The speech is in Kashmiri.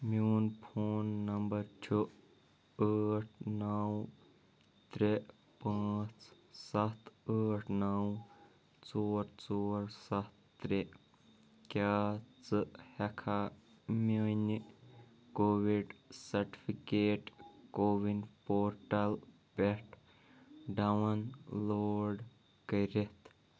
میون فون نمبر چھُ ٲٹھ نَو ترٛےٚ پانٛژھ سَتھ ٲٹھ نَو ژور ژور سَتھ ترٛےٚ کیٛاہ ژٕ ہٮ۪ککھا میٛانہِ کووِڈ سرٹِفکیٹ کووِن پورٹَل پٮ۪ٹھ ڈاوُن لوڈ کٔرِتھ